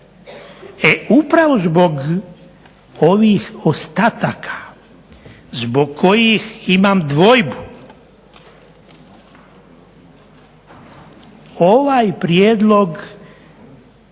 E upravo zbog ovih ostataka zbog kojih imam dvojbu ovaj prijedlog